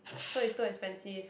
so is too expensive